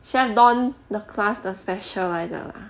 chef don 的 class the special 来的